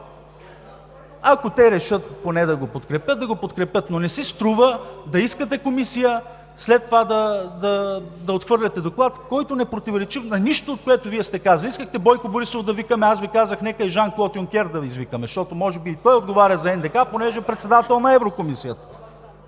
Ако те решат поне да го подкрепят – да го подкрепят, но не си струва да искате Комисия, след това да отхвърляте доклад, който не противоречи на нищо, което Вие сте казали. Искахте Бойко Борисов да викаме. Аз Ви казах, нека и Жан Клод-Юнкер да извикаме, защото може би и той отговаря за НДК, понеже е председател на Еврокомисията.